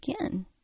again